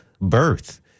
birth